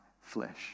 flesh